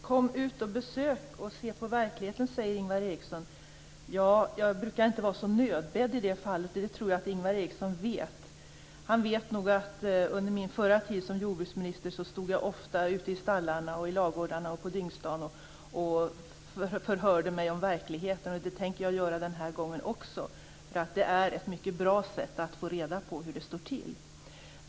Fru talman! Ingvar Eriksson säger: Kom ut och besök och se på verkligheten! Ja, jag brukar inte vara så nödbedd i det fallet. Det tror jag att Ingvar Eriksson vet. Han vet nog att jag under min förra tid som jordbruksminister ofta stod ute i stallarna och ladorna och på dyngstaden och förhörde mig om verkligheten. Det tänker jag göra den här gången också, för det är ett mycket bra sätt att få reda på hur det står till.